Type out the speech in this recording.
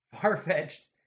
far-fetched